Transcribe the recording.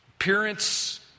appearance